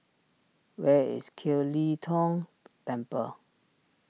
where is Kiew Lee Tong Temple